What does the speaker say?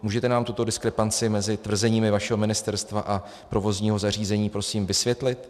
Můžete nám tuto diskrepanci mezi tvrzeními vašeho ministerstva a provozního zařízení prosím vysvětlit?